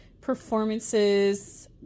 performances